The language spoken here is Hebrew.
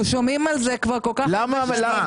אנחנו שומעים על זה כבר כל כך הרבה שנים.